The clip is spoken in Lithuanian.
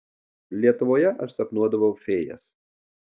lietuvoje aš sapnuodavau fėjas